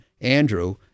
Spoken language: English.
Andrew